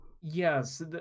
Yes